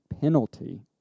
penalty